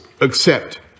accept